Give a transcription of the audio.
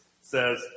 says